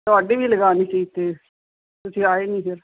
ਤੁਹਾਡੀ ਵੀ ਲਗਾਉਣੀ ਸੀ ਅਤੇ ਤੁਸੀਂ ਆਏ ਨਹੀਂ ਫਿਰ